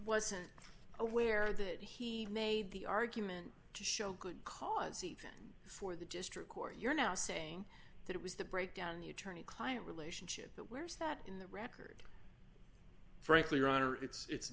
wasn't aware that he made the argument to show good cause even for the district court you're now saying that it was the breakdown in the attorney client relationship but where's that in the record frankly your honor it's